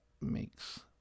makes